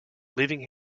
leaving